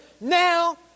now